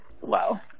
Wow